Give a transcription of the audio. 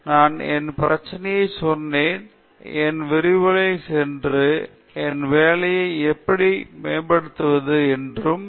நான் என்ன பிரச்சனையைச் சொன்னேன் என் விரிவுரைக்குச் சென்று என் வேலையை எப்படி மேம்படுத்துவேன் என்றும் வேறு என்னவெல்லாம் நான் கவனிக்க வேண்டும் என்பதைக் குறித்து அவர்கள் ஆலோசனை கூறவும் சொன்னார்கள்